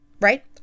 right